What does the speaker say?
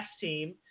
team